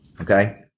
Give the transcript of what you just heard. Okay